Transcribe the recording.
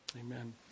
Amen